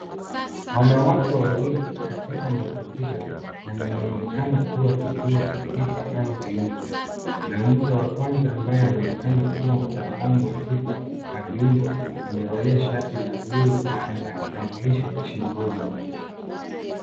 Wanawake wawili katika mazingira yanayoonekana kuwa kituo cha tiba au viungo. Mwanamke wa kwanza ambaye anaonekana kuwa mtaalamu wa tiba na viungo amevalia shati la bluu na ana kitambulisho wa shingoni.